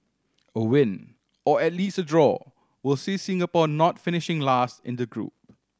a win or at least a draw will see Singapore not finishing last in the group